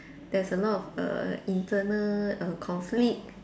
there's a lot of err internal err conflict